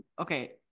Okay